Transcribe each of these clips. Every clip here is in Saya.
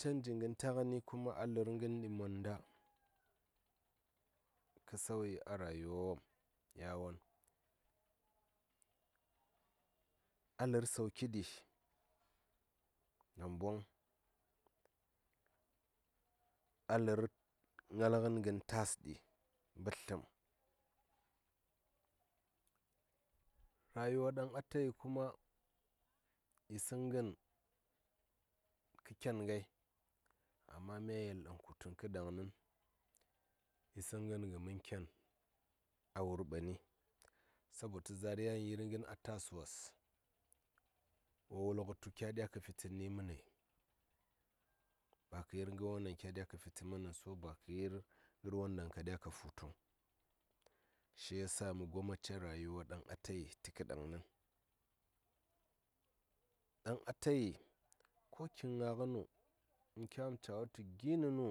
Canji ngən ta ngəni kuma a lər ngəndi monda kə sauyi a rayuwa wom yawon a lər sauki ɗi namboŋ a lər ngal ngən ngən tas ɗi mbətləm rayuwa ɗaŋ ata yi kuma yi səŋ ngən kə ken atayi ngai amma mya yel ku tuŋ kə ɗaŋnin yi səŋ ngən kə mən ken a wur mɓani sabotu zaar yan yir ngən a tas wos wo wul ngə tu kya ɗya kə fi tən ni mə ne ba kə yir ngər won ɗaŋ kya ɗya kə fitə mə nəŋ so ba kə yir ngər won ɗaŋ ka ɗya ka fu tuŋ shi ya sa mə gomace rayuwa ɗaŋ atayi tə kə ɗaŋnin ɗaŋ atayi ko kin ngaa ngə nu in kya wum caa wutu gi nə nu?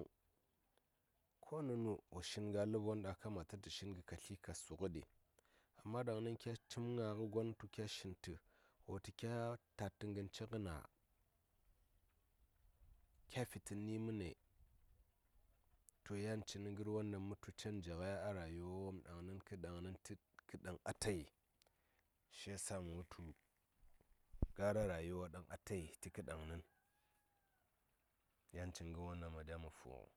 ko nə nu wo shin ngə a ləb won ɗaŋ a kamata kuma ka tli ka su ngə ɗi amma ɗaŋnin kya cim ngaa ngə gon tu kya shin tə wo wul ngə tu kya ta tə ngən gə ci ngən na? kya fitə ni mə ne? to yan cini ngər won ɗaŋ mə tu canji a rayuwa wom kə ɗaŋnin tə ɗaŋ atayi shi ya sa mə wul tu gara rayuwa ɗaŋ atayi tə ɗaŋnin yan cin ngər won ɗaŋ ma ɗya ma fu ngə.